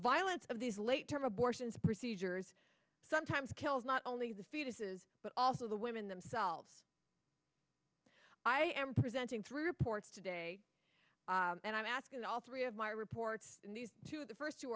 violence of these late term abortions procedures sometimes kills not only the fetuses but also the women themselves i am presenting three reports today and i'm asking all three of my reports two of the first two